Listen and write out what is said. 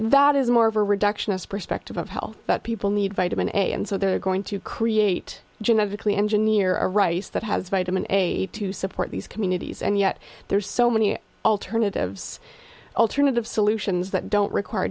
that is more of a reduction of perspective of health that people need vitamin a and so they're going to create genetically engineer rice that has vitamin a to support these communities and yet there's so many alternatives alternative solutions that don't require